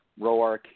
Roark